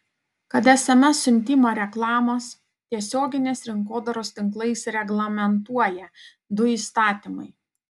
kad sms siuntimą reklamos tiesioginės rinkodaros tinklais reglamentuoja du įstatymai